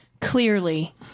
clearly